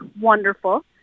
wonderful